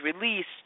released